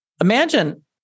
imagine